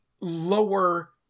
lower